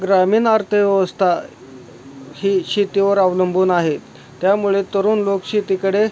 ग्रामीण अर्थव्यवस्था ही शेतीवर अवलंबून आहे त्यामुळे तरुण लोक शेतीकडे